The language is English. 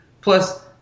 Plus